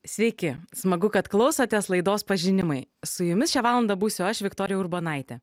sveiki smagu kad klausotės laidos pažinimai su jumis šią valandą būsiu aš viktorija urbonaitė